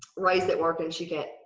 raise that work and she can't,